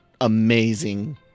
amazing